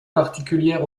particulière